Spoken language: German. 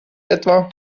etwa